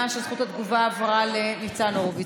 שזכות התגובה עברה לניצן הורוביץ.